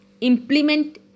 Implement